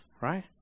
right